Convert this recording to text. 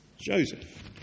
Joseph